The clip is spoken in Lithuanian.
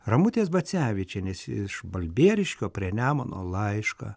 ramutės bacevičienės iš balbieriškio prie nemuno laišką